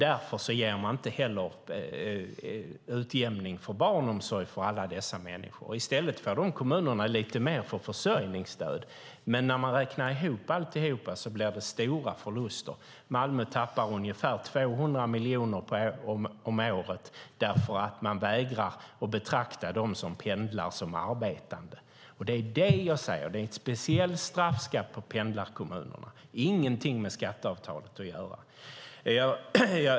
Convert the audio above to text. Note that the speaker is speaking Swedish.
Därför ger man inte heller utjämning för barnomsorg för alla dessa. I stället får de här kommunerna lite mer till försörjningsstöd, men när man räknar ihop allt blir det stora förluster. Malmö tappar ungefär 200 miljoner om året för att man vägrar att betrakta dem som pendlar som arbetande. Det är en speciell straffskatt på pendlarkommunerna. Det har ingenting med skatteavtalet att göra.